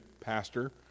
pastor